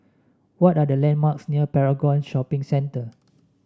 what are the landmarks near Paragon Shopping Center